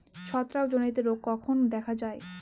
ছত্রাক জনিত রোগ কখন দেখা য়ায়?